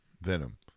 venom